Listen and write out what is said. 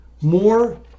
more